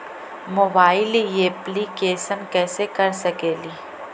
Mobile application कैसे कर सकेली?